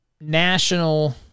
national